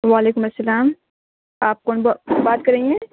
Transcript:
وعلیکم السّلام آپ کون بات کر رہی ہیں